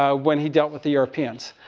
ah when he dealt with the europeans.